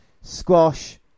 Squash